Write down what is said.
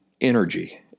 energy